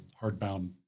hardbound